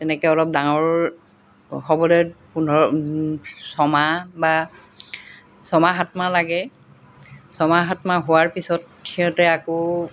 তেনেকৈ অলপ ডাঙৰ হ'বলৈ পোন্ধৰ ছয়মাহ বা ছয়মাহ সাত মাহ লাগে ছয়মাহ সাত মাহ হোৱাৰ পিছত সিহঁতে আকৌ